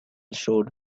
showed